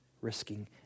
risking